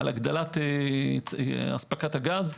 על הגדלת אספקת הגז.